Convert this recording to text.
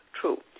true